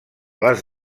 les